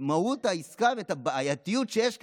מהות העסקה ואת הבעייתיות שיש כאן?